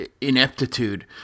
ineptitude